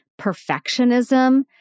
perfectionism